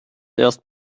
erst